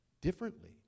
differently